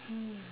hmm